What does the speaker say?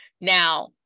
Now